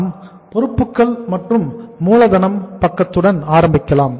நாம் பொறுப்புக்கள் மற்றும் மூலதனம் பக்கத்துடன் ஆரம்பிக்கலாம்